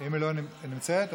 נמצאת?